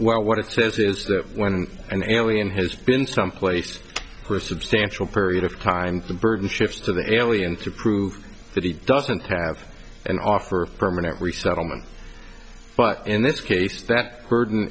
well what it says is that when an alien has been someplace for substantial period of time the burden shifts to the alien to prove that he doesn't have an offer of permanent resettlement but in this case that burden